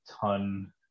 ton